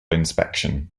inspection